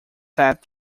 set